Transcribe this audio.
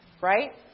right